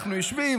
אנחנו יושבים,